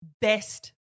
best